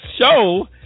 show